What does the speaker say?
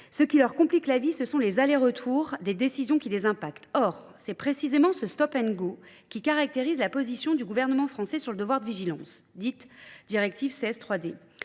Ce qui leur complique la vie, ce sont les allers-retours des décisions qui les impactent. Or, c'est précisément ce stop-and-go qui caractérise la position du gouvernement français sur le devoir de vigilance, dite directive CS3D.